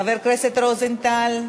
חבר הכנסת רוזנטל,